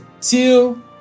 Till